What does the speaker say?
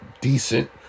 decent